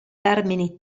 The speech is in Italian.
termini